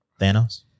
Thanos